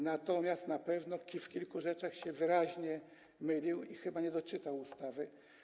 Natomiast na pewno w kilku rzeczach się wyraźnie mylił i chyba nie doczytał ustawy.